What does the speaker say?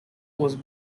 was